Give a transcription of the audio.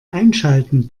einschalten